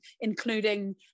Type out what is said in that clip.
including